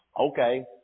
okay